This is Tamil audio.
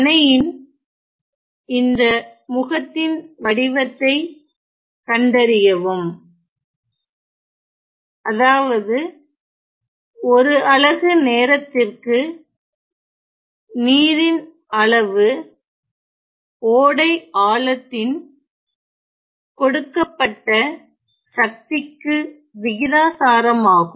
அணையின் இந்த முகத்தின் வடிவத்தைக் கண்டறியவும் அதாவது ஒரு அலகு நேரத்திற்கு நீரின் அளவு ஓடை ஆழத்தின் கொடுக்கப்பட்ட சக்திக்கு விகிதாசாரமாகும்